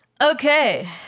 Okay